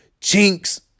chinks